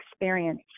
experience